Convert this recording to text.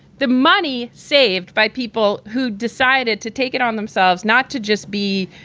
the money saved by people who decided to take it on themselves, not to just be,